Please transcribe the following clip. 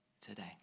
today